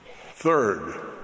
Third